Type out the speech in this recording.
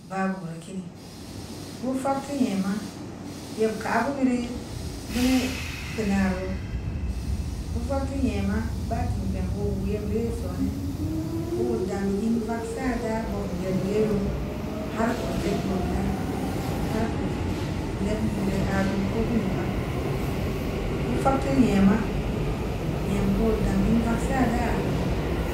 Baa boo reu kini, bu fak teu nyama, yeb kaa bu bireu, beune bu keu naa roo, bu fak keu nyama, baatikpeng oo wuu yebbira yee soonem, oo dung in vagsa da bob yebbu ra yeroo, har geu odjed boo bira, har keu nibmu bira abira koo bini pad doo, bu fak teu nyama, nyam oo dang in vagsa daa